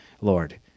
Lord